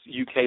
UK